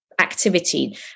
activity